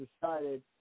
decided